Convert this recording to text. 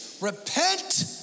Repent